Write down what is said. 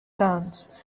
dance